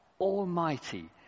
Almighty